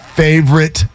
favorite